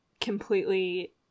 completely